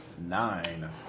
Nine